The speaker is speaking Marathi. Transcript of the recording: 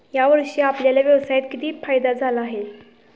या वर्षी आपल्याला व्यवसायात किती फायदा झाला आहे?